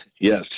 Yes